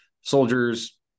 soldiers